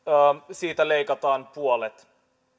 siitä leikataan puolet